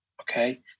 Okay